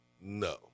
No